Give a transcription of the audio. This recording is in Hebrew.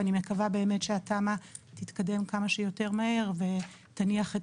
ואני מקווה באמת שהתמ"א תתקדם כמה שיותר מהר ותניח את